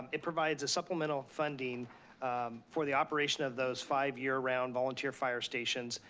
um it provides a supplemental funding for the operation of those five year round volunteer fire stations,